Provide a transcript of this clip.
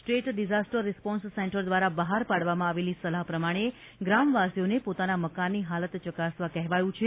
state disaster response centre દ્વારા બહાર પાડવામાં આવેલી સલાહ પ્રમાણે ત્રામવાસીઓને પોતાના મકાનની હાલત ચકાસવા કહેવાયું છે